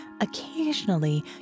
occasionally